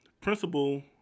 principal